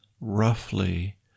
roughly